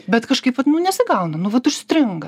bet kažkaip vat nu nesigauna nu vat užstringa